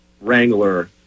Wrangler